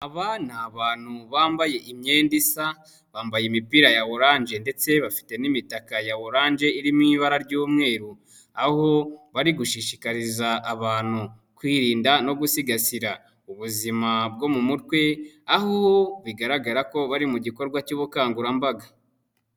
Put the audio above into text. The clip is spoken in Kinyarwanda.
Aba ni abantu bambaye imyenda isa bambaye imipira ya oranje ndetse bafite n'imitaka ya oranje irimo ibara ry'umweru, aho bari gushishikariza abantu kwirinda no gusigasira ubuzima bwo mu mutwe, aho bigaragara ko bari mu gikorwa cy'ubukangurambaga.